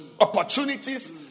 opportunities